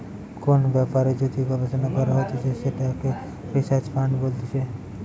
কোন ব্যাপারে যদি গবেষণা করা হতিছে সেটাকে রিসার্চ ফান্ড বলতিছে